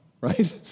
right